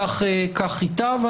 כך ייטב.